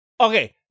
okay